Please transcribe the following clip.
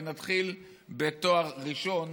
ונתחיל בתואר ראשון